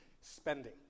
Spending